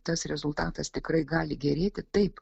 tas rezultatas tikrai gali gerėti taip